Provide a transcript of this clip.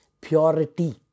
Purity